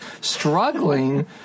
struggling